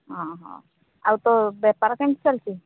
ଅ ହଁ ଆଉ ତୋ ବେପାର କେମିତି ଚାଲିଛି